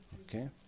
Okay